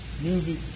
music